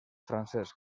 francesc